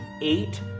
eight